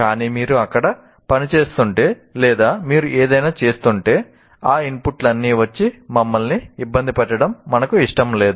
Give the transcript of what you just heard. కానీ మీరు అక్కడ పనిచేస్తుంటే లేదా మీరు ఏదైనా చేస్తుంటే ఆ ఇన్పుట్లన్నీ వచ్చి మమ్మల్ని ఇబ్బంది పెట్టడం మనకు ఇష్టం లేదు